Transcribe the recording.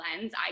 lens